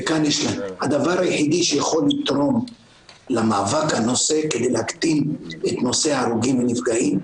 הדבר היחידי שיכול לתרום למאבק בנושא כדי להקטין את ההרוגים והנפגעים,